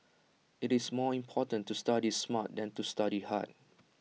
IT is more important to study smart than to study hard